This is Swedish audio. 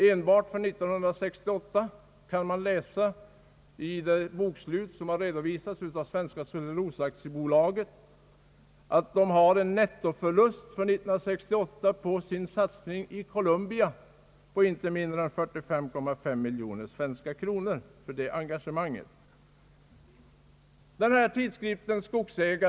Enbart för år 1968 redovisar Svenska cellulosa AB i det i dagarna framlagda bokslutet en nettoförlust på 45,5 miljoner svenska kronor för sitt engagemang i British Columbia 1 Canada.